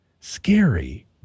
scary